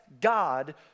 God